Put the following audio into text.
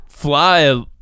fly